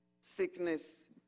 sickness